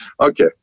Okay